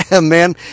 man